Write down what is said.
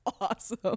awesome